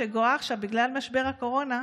שגואה עכשיו בגלל משבר הקורונה,